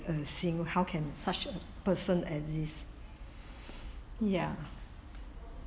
uh seeing how can such a person at least ya